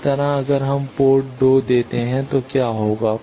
इसी तरह अगर हम पोर्ट 2 देते हैं तो क्या होगा